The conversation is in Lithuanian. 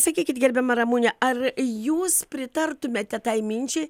sakykit gerbiama ramune ar jūs pritartumėte tai minčiai